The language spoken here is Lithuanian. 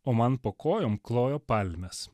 o man po kojom klojo palmes